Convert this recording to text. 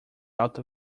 alta